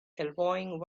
elbowing